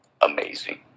Amazing